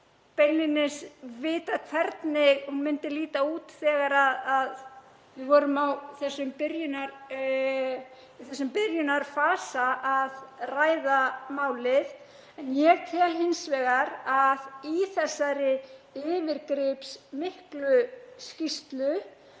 beinlínis vitað hvernig hún myndi líta út þegar við vorum í þessum byrjunarfasa að ræða málið. Ég tel hins vegar að í þessari yfirgripsmiklu skýrslu